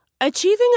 Achieving